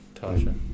Tasha